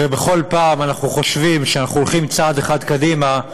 ובכל פעם אנחנו חושבים שאנחנו הולכים צעד אחד קדימה,